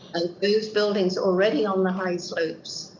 and those buildings already on the high slopes,